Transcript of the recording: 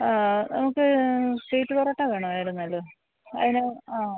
അത് ആ നമുക്ക് സ്വീറ്റ് പൊറോട്ട വേണമായിരുന്നല്ലോ അതിന് ആണോ